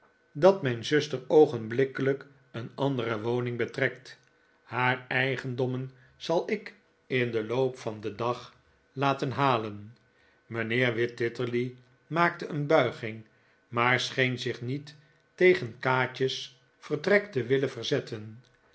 dat mijn zuster oogenblikkelijk een andere woning betrekt haar eigendommen zal ik in den loop van den dag laten halen mijnheer wititterly maakte een buiging maar scheen zich niet tegen kaatje's vertrek te willen verzetten